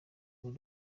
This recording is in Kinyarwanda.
uru